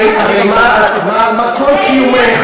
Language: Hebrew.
הרי מה כל קיומך?